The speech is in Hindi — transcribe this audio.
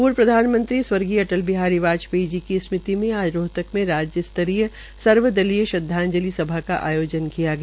पूर्व प्रधानमंत्री स्वर्गीय अटल बिहारी वाजपेयी जी की स्मृति में आज रोहतक में राज्य स्तरीय सर्वदलीय श्रद्वाजंलि का आयोजन किया गया